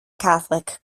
catholic